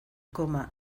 koma